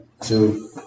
Two